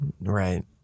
Right